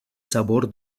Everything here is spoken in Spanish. sabor